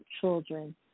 children